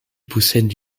possèdent